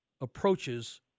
approaches